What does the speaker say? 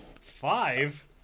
Five